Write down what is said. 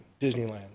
Disneyland